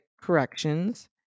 corrections